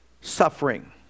suffering